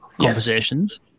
conversations